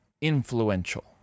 Influential